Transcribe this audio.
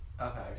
okay